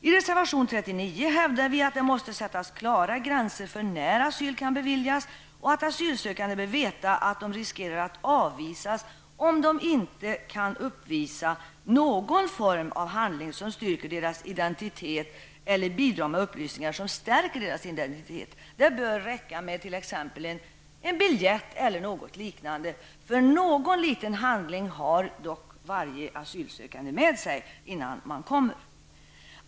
I reservation 39 hävdar vi att det måste sättas klara gränser för när asyl kan beviljas och att asylsökande bör veta att de riskerar att avvisas om de inte kan uppvisa någon form av handling som styrker deras identitet eller bidrar med upplysningar som stärker deras identitet. Det bör räcka med t.ex. en biljett eller något liknande. Någon liten handling har dock varje asylsökande med sig när de kommer.